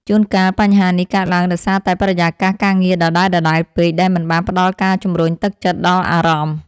ជួនកាល បញ្ហានេះកើតឡើងដោយសារតែបរិយាកាសការងារដដែលៗពេក ដែលមិនបានផ្ដល់ការជំរុញទឹកចិត្តដល់អារម្មណ៍។